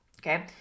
Okay